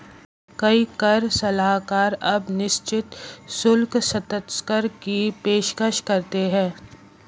कई कर सलाहकार अब निश्चित शुल्क साक्षात्कार की पेशकश करते हैं